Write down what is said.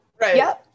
Right